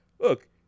look